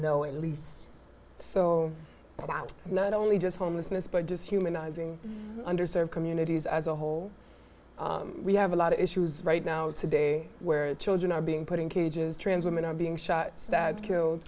know at least about not only just homelessness but just humanizing under served communities as a whole we have a lot of issues right now today where children are being put in cages trans women are being shot stab